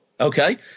Okay